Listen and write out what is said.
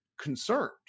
concerned